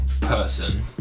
person